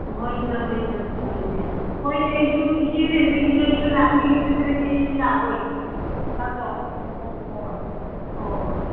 ꯍꯣꯏꯗ ꯍꯣꯏꯗ ꯍꯣꯏꯅꯦ ꯍꯣꯏꯅꯦ ꯑꯥꯁꯨ ꯏꯆꯦ ꯂꯩꯕꯒꯤꯅꯦ ꯑꯩꯁꯨ ꯂꯥꯛꯅꯤꯡꯏꯁꯦ ꯅꯠꯇ꯭ꯔꯗꯤ ꯑꯩ ꯂꯥꯛꯑꯣꯏ ꯅꯪꯗꯣ ꯍꯣꯏ ꯍꯣ ꯍꯣꯏ